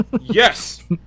Yes